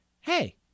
hey